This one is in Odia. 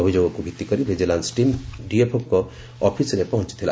ଅଭିଯୋଗକୁ ଭିତ୍ତିକରି ଭିଜିଲାନୁ ଟିମ୍ ଡିଏଫଓଙ୍କ ଅଫିସରରେ ପହଞ୍ଥିଲା